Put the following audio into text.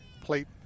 plate